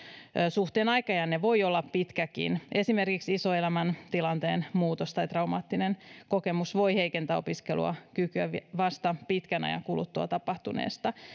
suhteen aikajänne voi olla pitkäkin esimerkiksi iso elämäntilanteen muutos tai traumaattinen kokemus voi heikentää opiskelukykyä vasta pitkän ajan kuluttua tapahtuneesta